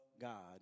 God